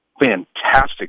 fantastic